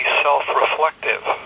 self-reflective